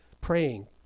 praying